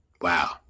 Wow